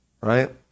Right